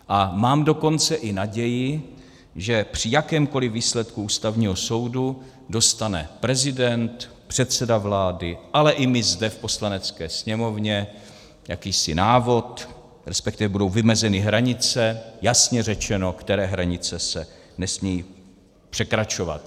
A mám dokonce i naději, že při jakémkoli výsledku Ústavního soudu dostane prezident, předseda vlády, ale i my zde v Poslanecké sněmovně jakýsi návod, respektive budou vymezeny hranice, jasně řečeno, které hranice se nesmějí překračovat.